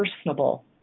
personable